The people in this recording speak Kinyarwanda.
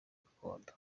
gakondo